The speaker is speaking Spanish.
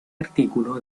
artículo